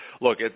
look